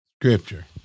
scripture